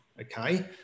okay